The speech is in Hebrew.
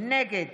נגד